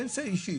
הפנסיה היא אישית,